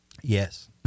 Yes